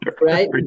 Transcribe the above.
right